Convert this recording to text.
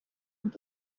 und